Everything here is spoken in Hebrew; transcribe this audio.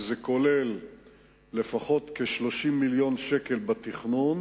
וזה כולל לפחות כ-30 מיליון שקל בתכנון